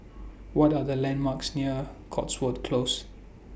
What Are The landmarks near Cotswold Close